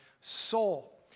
soul